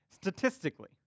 statistically